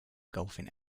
golfing